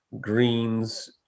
greens